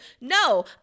No